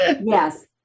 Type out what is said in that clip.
yes